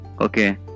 Okay